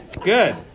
good